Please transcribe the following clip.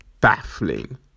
baffling